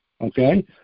okay